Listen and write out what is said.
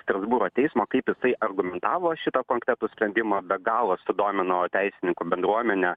strasbūro teismo kaip jisai argumentavo šitą konkretų sprendimą be galo sudomino teisininkų bendruomenę